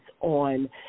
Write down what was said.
on